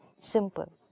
Simple